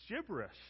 gibberish